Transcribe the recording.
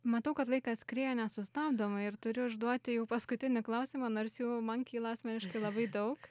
matau kad laikas skrieja nesustabdomai ir turiu užduoti jau paskutinį klausimą nors jų man kyla asmeniškai labai daug